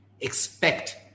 expect